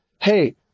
hey